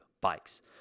bikes